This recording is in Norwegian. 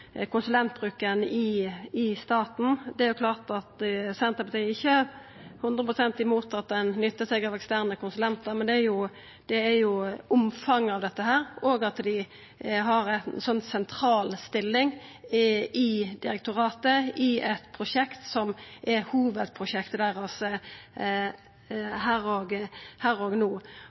konsulentbruken i staten. Senterpartiet er ikkje 100 pst. imot at ein nyttar seg av eksterne konsulentar, men det går på omfanget av dette og at dei har ei så sentral stilling i direktoratet i eit prosjekt som er hovudprosjektet deira her og